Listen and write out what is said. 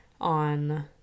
on